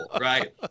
right